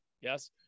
Yes